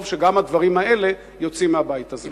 טוב שגם הדברים האלה יוצאים מהבית הזה.